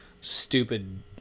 stupid